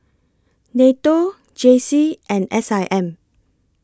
NATO J C and S I M